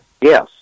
Yes